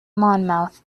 monmouth